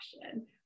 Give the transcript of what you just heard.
question